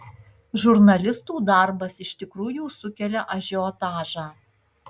žurnalistų darbas iš tikrųjų sukelia ažiotažą